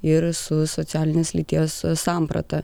ir su socialinės lyties samprata